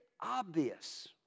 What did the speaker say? obvious